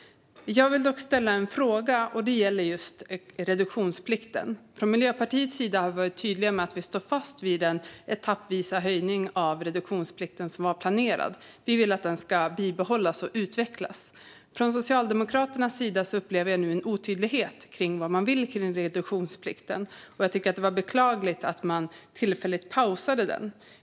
Jag vill dock ställa en fråga om just reduktionsplikten. Vi i Miljöpartiet har varit tydliga med att vi står fast vid den planerade etappvisa höjningen av reduktionsplikten. Vi vill att den ska bibehållas och utvecklas. Jag upplever nu en otydlighet om vad Socialdemokraterna vill med reduktionsplikten. Det var beklagligt att man pausade den tillfälligt.